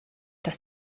das